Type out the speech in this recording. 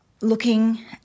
looking